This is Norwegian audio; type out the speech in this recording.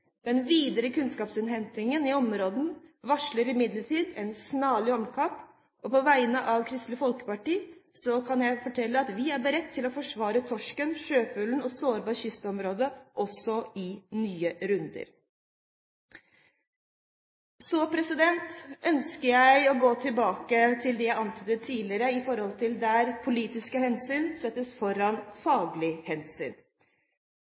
Den videre kunnskapsinnhentingen i området varsler imidlertid om snarlige omkamper, og på vegne av Kristelig Folkeparti kan jeg fortelle at vi er beredt til å forsvare torsk, sjøfugl og sårbare kystområder også i nye runder. Så ønsker jeg å gå tilbake til det jeg antydet tidligere, at politiske hensyn settes foran faglige hensyn.